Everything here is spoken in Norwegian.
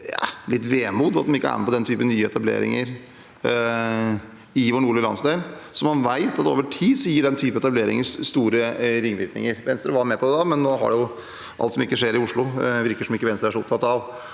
litt vemod over at de ikke er med på den typen nyetableringer i vår nordlige landsdel. Man vet at over tid gir den typen etableringer store ringvirkninger. Venstre var med på det da, men nå virker det som om alt som ikke skjer i Oslo, ikke er noe Venstre er så opptatt av.